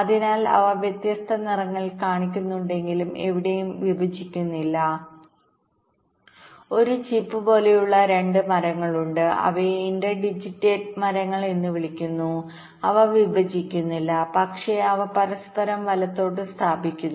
അതിനാൽ അവ വ്യത്യസ്ത നിറങ്ങളിൽ കാണിക്കുന്നുണ്ടെങ്കിലും എവിടെയും വിഭജിക്കുന്നില്ല ഒരു ചീപ്പ് പോലെയുള്ള രണ്ട് മരങ്ങളുണ്ട് അവയെ ഇന്റർ ഡിജിറ്റേറ്റഡ് മരങ്ങൾdigitated treesഎന്ന് വിളിക്കുന്നു അവ വിഭജിക്കുന്നില്ല പക്ഷേ അവ പരസ്പരം വലത്തോട്ട് സ്ഥാപിക്കുന്നു